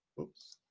oops,